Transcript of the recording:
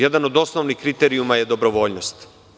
Jedan od osnovnih kriterijuma je dobrovoljnost.